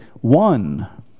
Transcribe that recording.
one